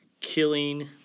killing